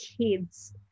kids